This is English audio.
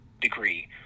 degree